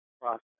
process